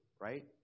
right